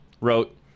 wrote